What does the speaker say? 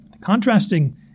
Contrasting